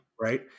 Right